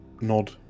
nod